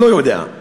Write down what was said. לא יודע.